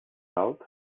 alt